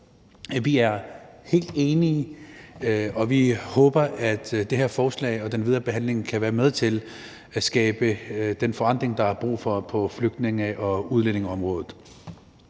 Vi er helt enige, og vi håber, at det her forslag og den videre behandling kan være med til at skabe den forandring, der er brug for på flygtninge- og udlændingeområdet.